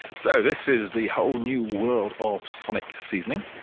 so this is the whole new world of sonic seasoning.